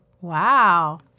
Wow